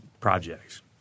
projects